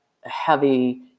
heavy